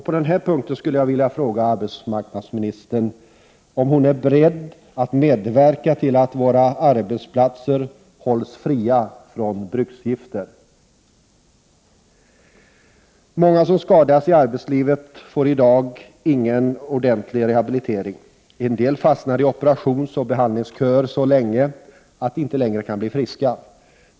Många som skadas i arbetslivet får i dag ingen ordentlig rehabilitering. En del fastnar i operationsoch behandlingsköer så länge att de inte längre kan bli friska.